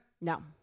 No